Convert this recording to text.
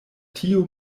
tio